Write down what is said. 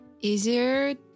easier